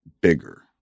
bigger